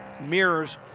mirrors